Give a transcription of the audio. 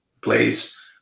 place